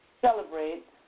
celebrate